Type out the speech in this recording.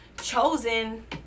chosen